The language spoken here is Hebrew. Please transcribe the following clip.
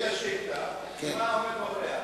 ומה עומד מאחוריה.